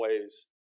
ways